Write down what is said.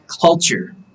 culture